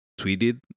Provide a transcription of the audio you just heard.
tweeted